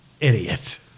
Idiot